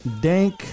dank